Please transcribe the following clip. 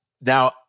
Now